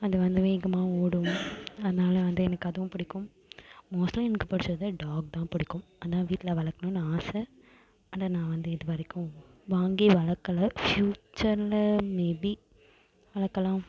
அது வந்து வேகமாக ஓடும் அதனால் வந்து எனக்கு அதுவும் பிடிக்கும் மோஸ்ட்லி எனக்கு பிடிச்சது டாக் தான் பிடிக்கும் அதுதான் வீட்டில வளர்க்கணுன்னு ஆசை ஆனால் நான் வந்து இதுவரைக்கும் வாங்கி வளர்க்கல ஃபியூச்சர்ல மேபி வளர்க்கலாம்